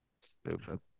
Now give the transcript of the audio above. stupid